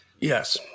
Yes